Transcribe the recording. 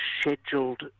scheduled